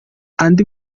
andy